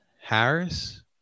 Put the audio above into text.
Harris